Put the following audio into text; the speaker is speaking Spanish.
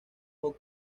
hot